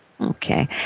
Okay